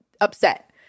upset